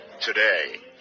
today